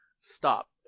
stop